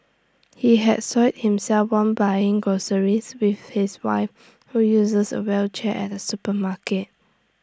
he had soiled himself while buying groceries with his wife who uses A wheelchair at A supermarket